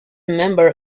member